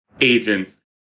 agents